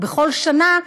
בכל שנה,